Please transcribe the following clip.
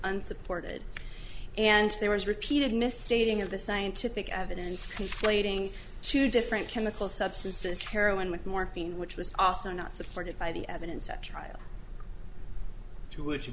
unsupported and there was repeated misstating of the scientific evidence conflating two different chemical substances heroin with morphine which was also not supported by the evidence at trial